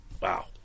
Wow